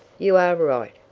you are right,